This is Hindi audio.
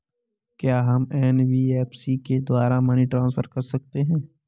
क्या हम एन.बी.एफ.सी के द्वारा मनी ट्रांसफर कर सकते हैं?